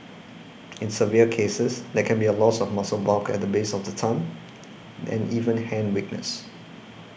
in severe cases there can be a loss of muscle bulk at the base of the thumb and even hand weakness